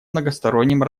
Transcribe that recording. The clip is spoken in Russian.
многосторонним